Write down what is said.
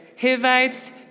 Hivites